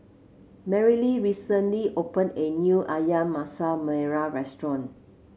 Merrilee recently open a new ayam Masak Merah Restaurant